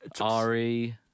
Ari